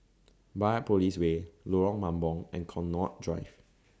Biopolis Way Lorong Mambong and Connaught Drive